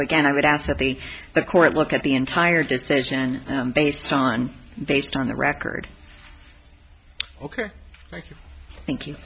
again i would ask that the the court look at the entire decision based on based on the record ok thank you thank you